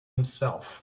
himself